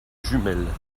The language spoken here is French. jumelles